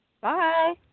Bye